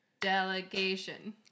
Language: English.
Delegation